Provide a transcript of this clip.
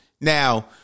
Now